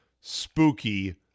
spooky